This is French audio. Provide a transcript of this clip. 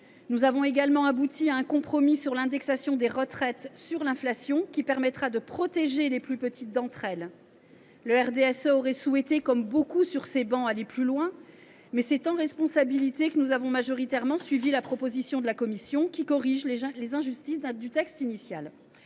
nous sommes également parvenus à un compromis sur l’indexation des retraites sur l’inflation, qui permettra de protéger les plus petites d’entre elles. Le RDSE aurait souhaité, comme beaucoup sur ces travées, aller plus loin, mais c’est en responsabilité que nous avons majoritairement suivi la proposition de la commission, qui corrige les injustices du texte initial.